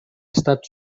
estat